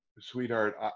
sweetheart